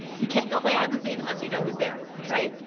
you can't go play hide and seek unless you know who's there, right?